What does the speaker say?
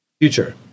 future